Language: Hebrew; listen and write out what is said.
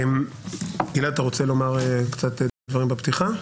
גלעד, אתה רוצה לומר קצת דברים בפתיחה?